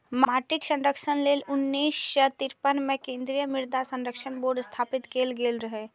माटिक संरक्षण लेल उन्नैस सय तिरेपन मे केंद्रीय मृदा संरक्षण बोर्ड स्थापित कैल गेल रहै